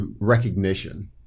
recognition